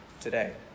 today